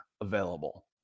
available